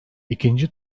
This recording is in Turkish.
i̇kinci